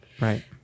right